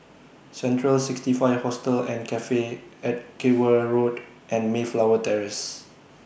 Central sixty five Hostel and Cafe Edgeware Road and Mayflower Terrace